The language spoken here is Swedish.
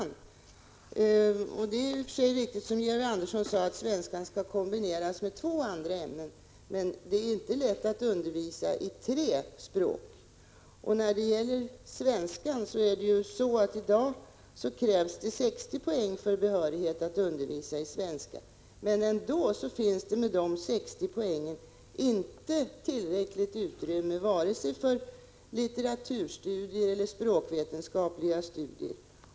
Det är i och för sig riktigt som Georg Andersson sade att svenska skall kombineras med endast två andra ämnen, men det är inte lätt att undervisa i tre språk. När det gäller svenskan är det ju så att det i dag krävs 60 poäng för behörighet att undervisa, men ändå finns det inte tillräckligt utrymme inom de 60 poängen för vare sig litteraturstudier eller språkvetenskapliga studier.